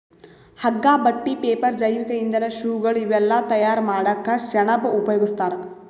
ಹಗ್ಗಾ ಬಟ್ಟಿ ಪೇಪರ್ ಜೈವಿಕ್ ಇಂಧನ್ ಶೂಗಳ್ ಇವೆಲ್ಲಾ ತಯಾರ್ ಮಾಡಕ್ಕ್ ಸೆಣಬ್ ಉಪಯೋಗಸ್ತಾರ್